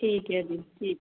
ਠੀਕ ਹੈ ਜੀ ਠੀਕ